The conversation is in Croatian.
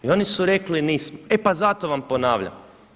I oni su rekli: Nismo. – E pa zato vam ponavljam.